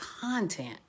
content